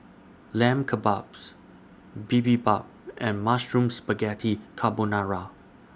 Lamb Kebabs Bibimbap and Mushroom Spaghetti Carbonara